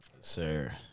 Sir